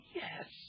yes